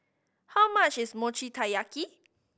how much is Mochi Taiyaki